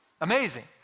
Amazing